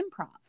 improv